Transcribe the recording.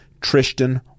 Tristan